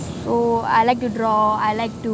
so I like to draw I like to